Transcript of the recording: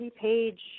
page